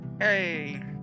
Hey